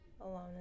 alone